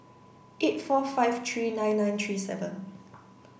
eight four five three nine nine three seven